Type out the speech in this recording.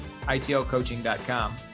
itlcoaching.com